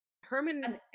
Herman